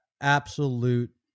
absolute